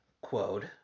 quote